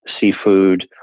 seafood